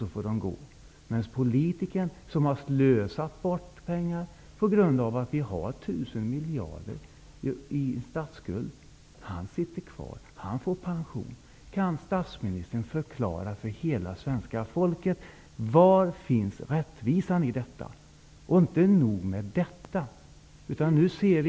Sedan får de gå. Men politikern, som har slösat bort pengar, vi har ju 1 000 miljarder kronor i statsskuld, han sitter kvar och får pension. Kan statsministern förklara för hela svenska folket var rättvisan finns i detta? Inte nog med det, nu ser vi...